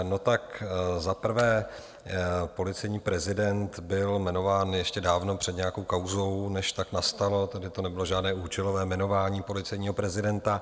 No, tak za prvé, policejní prezident byl jmenován ještě dávno před nějakou kauzou, než tak nastalo, tady to nebylo žádné účelové jmenování policejního prezidenta.